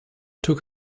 took